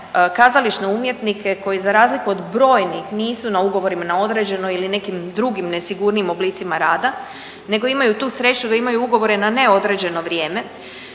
kazališne umjetnike koji za razliku od brojnih nisu na ugovorima na određeno ili nekim drugim nesigurnijim oblicima rada, nego imaju tu sreću da imaju ugovore na neodređeno vrijeme,